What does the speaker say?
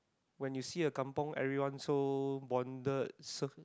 when you see a kampung everyone so bonded so